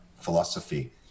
philosophy